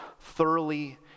thoroughly